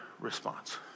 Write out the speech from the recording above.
response